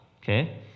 Okay